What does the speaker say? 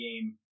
game